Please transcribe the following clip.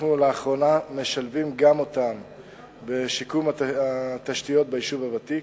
לאחרונה אנחנו משלבים גם אותם בשיקום התשתיות ביישוב הוותיק.